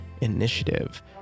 initiative